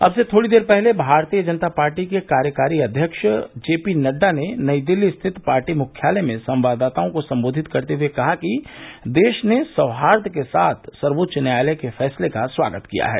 अब से थोड़ी देर पहले भारतीय जनता पार्टी के कार्यकारी अध्यक्ष जे पी नड़डा ने नई दिल्ली स्थित पार्टी मुख्यालय में संवाददाताओं को संबोधित करते हुए कहा कि देश ने सौहार्द के साथ सर्वोच्च न्यायालय के फैसले का स्वागत किया है